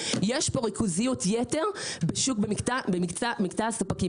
יש פה ריכוזיות יתר במקטע הספקים,